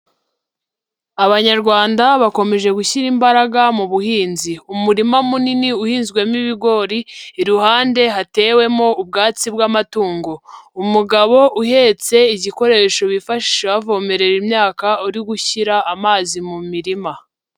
Abanyarwanda bakomeje gushyira imbaraga mu buhinzi, umurima munini uhinzwemo ibigori iruhande hatewemo ubwatsi bw'amatungo, umugabo uhetse igikoresho bifashisha bavomerera imyaka uri gushyira amazi mu mirima.